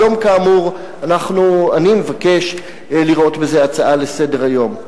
היום, כאמור, אני מבקש לראות בזה הצעה לסדר-היום.